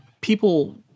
people